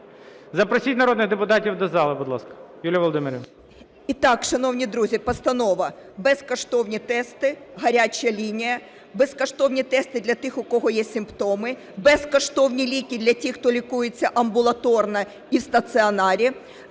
Запросіть народних депутатів до зали, будь ласка. Юлія Володимирівна